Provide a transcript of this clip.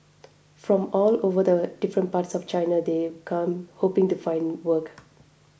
from all over the different parts of China they'd come hoping to find work